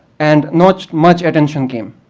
and not much attention came.